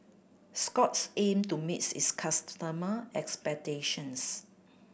scott's aim to meet its expectations